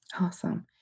Awesome